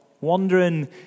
wondering